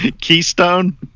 Keystone